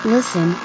Listen